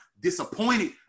disappointed